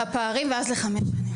--- הפערים, ואז לחבר ביניהם.